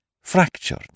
fractured